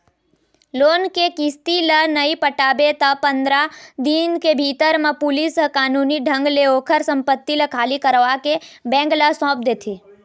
loan के किस्ती ल नइ पटाबे त पंदरा दिन के भीतर म पुलिस ह कानूनी ढंग ले ओखर संपत्ति ल खाली करवाके बेंक ल सौंप देथे